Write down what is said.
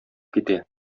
китә